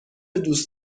دوست